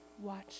watch